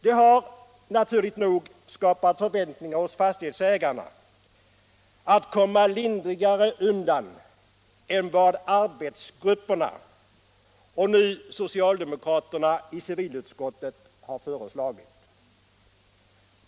Det har — naturligt nog — skapat förväntningar hos fastighetsägarna att komma lindrigare undan än vad arbetsgruppen, och nu socialdemokraterna i civilutskottet, har föreslagit.